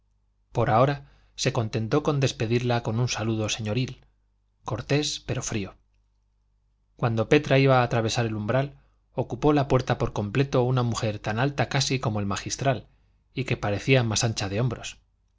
por ahora se contentó con despedirla con un saludo señoril cortés pero frío cuando petra iba a atravesar el umbral ocupó la puerta por completo una mujer tan alta casi como el magistral y que parecía más ancha de hombros